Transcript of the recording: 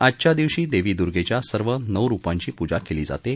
आजच्या दिवशी देवी दुर्गेच्या सर्व नऊ रुपांची पूजा केली जाते